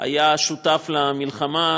היה שותף למלחמה,